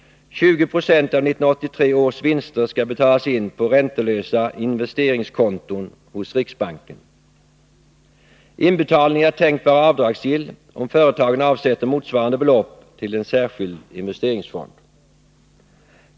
20 260 av 1983 års vinster skall betalas in på räntelösa investeringskonton hos riksbanken. Inbetalningen är tänkt att vara avdragsgill om företagen avsätter motsvarande belopp till en särskild investeringsfond.